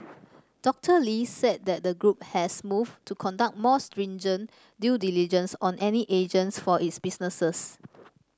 Doctor Lee said that the group has moved to conduct more stringent due diligence on any agents for its businesses